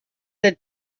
that